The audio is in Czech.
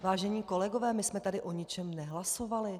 Vážení kolegové, my jsme tady o ničem nehlasovali.